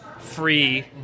Free